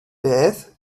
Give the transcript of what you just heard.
beth